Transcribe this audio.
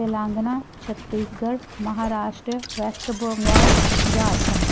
Telangana Chhattisgarh Maharashtra west Bengal Jharkhand